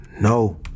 No